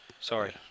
Sorry